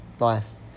Nice